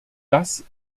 das